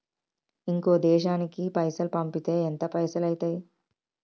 ఇంకో దేశానికి పైసల్ పంపితే ఎంత పైసలు అయితయి?